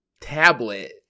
tablet